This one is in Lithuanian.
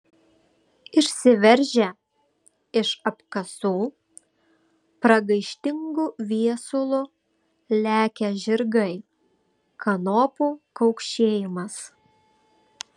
išsiveržę iš apkasų pragaištingu viesulu lekią žirgai kanopų kaukšėjimas